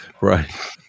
Right